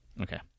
Okay